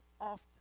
often